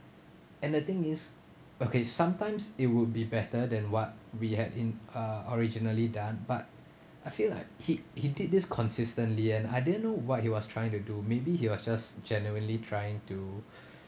and the thing is okay sometimes it would be better than what we had in uh originally done but I feel like he he did this consistently and I didn't know what he was trying to do maybe he was just genuinely trying to